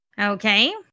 Okay